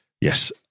yes